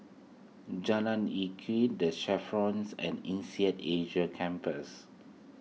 Jalan Lye Kwee the Chevrons and Indead Asia Campus